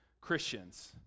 Christians